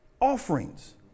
offerings